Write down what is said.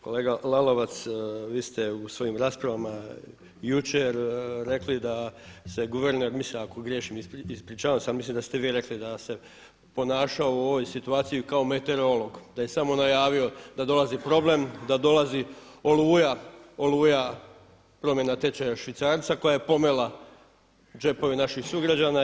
Kolega Lalovac vi ste u svojim raspravama jučer rekli da se guverner, mislim ako griješim ispričavam se, ali mislim da ste vi rekli da se ponašao u ovoj situaciji kao meteorolog, da je samo najavio da dolazi problem, da dolazi oluja, oluja promjena tečaja švicarca koja je pomela džepove naših sugrađana.